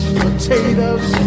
potatoes